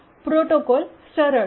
protocol સરળ છે